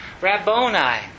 Rabboni